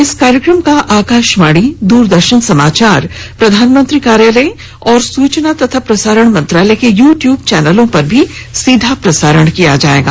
इस कार्यक्रम का आकाशवाणी दूरदर्शन समाचार प्रधानमंत्री कार्यालय और सूचना तथा प्रसारण मंत्रालय के यूट्यूब चैनलों पर भी सीधा प्रसारण किया जाएगा